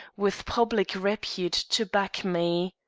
with public repute to back me.